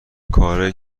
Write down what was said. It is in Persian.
کارایی